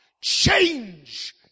change